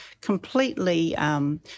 completely